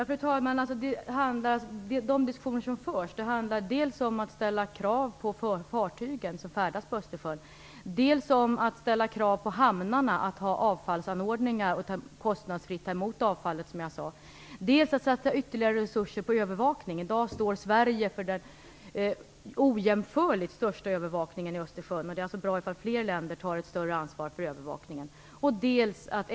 Fru talman! De diskussioner som förs handlar dels om att ställa krav på fartygen som färdas på Östersjön, dels om att ställa krav på hamnarna att ha avfallsanordningar och, som jag sade, kostnadsfritt ta emot avfallet, dels om att satsa ytterligare resurser på övervakning. I dag står Sverige för den ojämförligt största övervakningen i Östersjön. Men det är alltså bra om fler länder tar ett större ansvar för övervakningen.